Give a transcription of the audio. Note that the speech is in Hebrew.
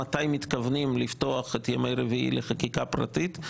מתי מתכוונים לפתוח את ימי רביעי לחקיקה פרטית?